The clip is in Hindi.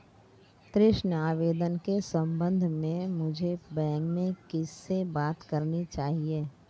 ऋण आवेदन के संबंध में मुझे बैंक में किससे बात करनी चाहिए?